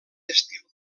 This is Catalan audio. estil